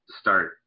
start